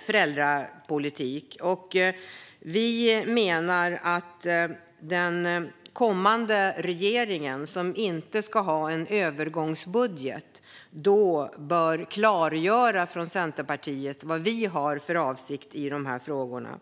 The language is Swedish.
föräldrapolitik. Vi menar att den kommande regeringen, som inte ska ha en övergångsbudget, bör klargöra vad vi i Centerpartiet har för avsikt att göra i de här frågorna.